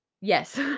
yes